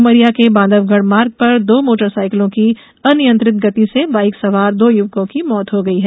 उमरिया के बांधवगढ़ मार्ग पर र्दो मोटर साईकिलों की अनियंत्रित गति से बाइक सवार दो युवको की मौत हो गई है